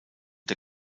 der